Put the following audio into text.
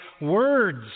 words